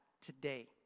today